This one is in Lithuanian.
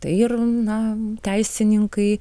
tai ir na teisininkai